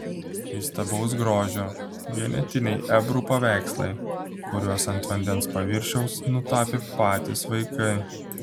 įstabaus grožio vienetiniai ebru paveikslai kuriuos ant vandens paviršiaus nutapė patys vaikai